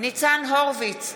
ניצן הורוביץ,